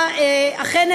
אכן,